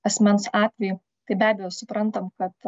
asmens atvejį tai be abejo suprantam kad